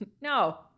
No